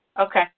Okay